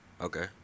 Okay